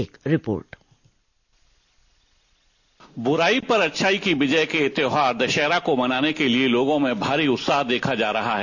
एक report dispatch ब्रराई पर अच्छाई की विजय के त्यौहार दशहरा को मनाने के लिए लोगों में भारी उत्साह देखा जा रहा है